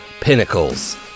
pinnacles